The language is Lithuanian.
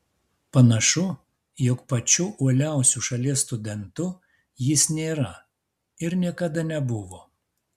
panašu jog pačiu uoliausiu šalies studentu jis nėra ir niekada nebuvo